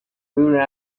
putting